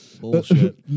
bullshit